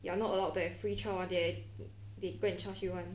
you are not allowed to have free trial [one] then they go and charge you [one]